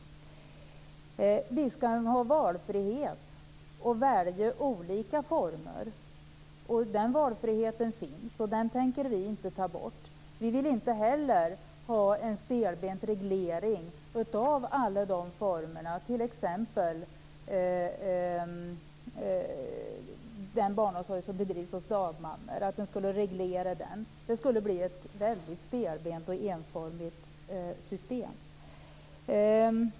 Visst skall det finnas valfrihet! Man skall kunna välja olika former. Den valfriheten finns, och den tänker vi inte ta bort. Vi vill inte heller ha en stelbent reglering av alla de formerna, t.ex. den barnomsorg som bedrivs hos dagmammor. Om man skulle reglera den skulle det bli ett väldigt stelbent och enformigt system.